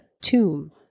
tomb